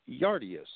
Yardius